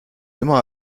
immer